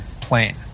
plane